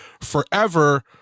forever